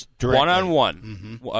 one-on-one